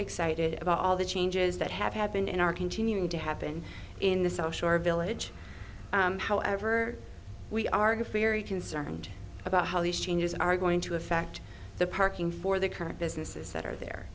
excited about all the changes that have happened in our continuing to happen in the so shore village however we are very concerned about how these changes are going to affect the parking for the current businesses that are there